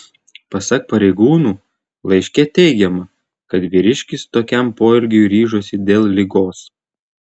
pasak pareigūnų laiške teigiama kad vyriškis tokiam poelgiui ryžosi dėl ligos